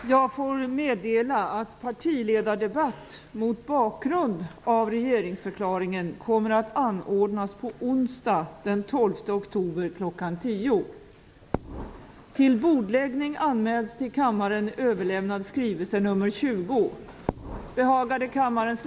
I regeringsförklaringen står: "Sverige är ett för litet land för stora konflikter, problemen är för många för konfrontation. Mer än något annat land behöver vårt land nu samarbete och samförstånd".